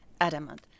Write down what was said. adamant